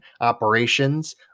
operations